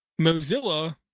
Mozilla